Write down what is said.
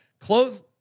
Close